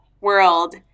world